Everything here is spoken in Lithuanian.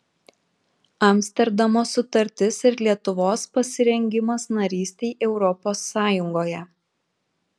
amsterdamo sutartis ir lietuvos pasirengimas narystei europos sąjungoje